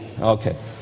Okay